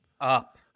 up